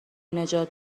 نجات